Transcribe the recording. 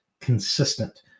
consistent